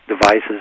devices